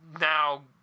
now